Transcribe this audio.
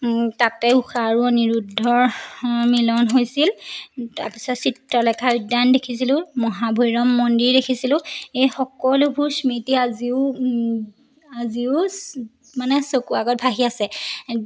তাতে উষা আৰু অনিৰুদ্ধৰ মিলন হৈছিল তাৰপিছত চিত্ৰলেখা উদ্যান দেখিছিলোঁ মহাভৈৰৱ মন্দিৰ দেখিছিলোঁ এই সকলোবোৰ স্মৃতি আজিও আজিও মানে চকুৰ আগত ভাঁহি আছে